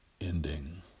ending